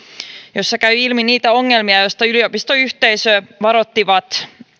josta käy ilmi niitä ongelmia joista yliopistoyhteisöt varoittivat